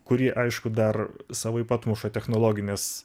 kurį aišku dar savaip atmuša technologinės